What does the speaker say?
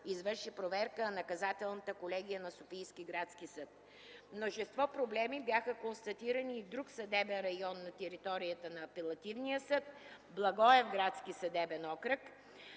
извърши проверка на Наказателната колегия на Софийския градски съд. Множество проблеми бяха констатирани и в друг съдебен район на територията на Апелативния съд – Благоевградски съдебен окръг.